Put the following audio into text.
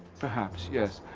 perhaps yes.